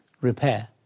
repair